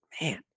man